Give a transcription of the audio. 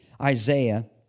Isaiah